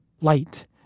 light